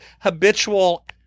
habitual